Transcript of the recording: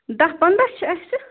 دَہ پنٛداہ چھِ اَسہِ